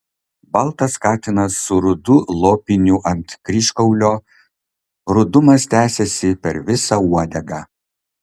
baltas katinas su rudu lopiniu ant kryžkaulio rudumas tęsėsi per visą uodegą